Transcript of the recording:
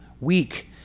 weak